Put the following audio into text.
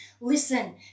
Listen